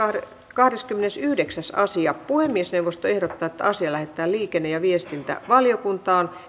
kahdeskymmenesyhdeksäs asia puhemiesneuvosto ehdottaa että asia lähetetään liikenne ja viestintävaliokuntaan